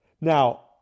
Now